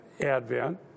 advent